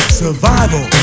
survival